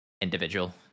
individual